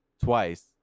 twice